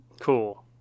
Cool